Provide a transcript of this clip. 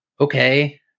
okay